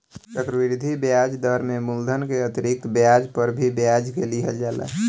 चक्रवृद्धि ब्याज दर में मूलधन के अतिरिक्त ब्याज पर भी ब्याज के लिहल जाला